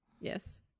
Yes